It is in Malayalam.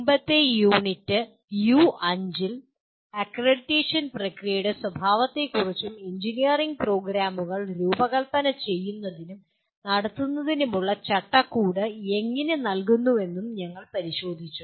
മുമ്പത്തെ യൂണിറ്റ് U5 ൽ അക്രഡിറ്റേഷൻ പ്രക്രിയയുടെ സ്വഭാവത്തെക്കുറിച്ചും എഞ്ചിനീയറിംഗ് പ്രോഗ്രാമുകൾ രൂപകൽപ്പന ചെയ്യുന്നതിനും നടത്തുന്നതിനുമുള്ള ചട്ടക്കൂട് എങ്ങനെ നൽകുന്നുവെന്നും ഞങ്ങൾ പരിശോധിച്ചു